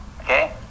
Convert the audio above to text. okay